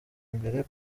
imbere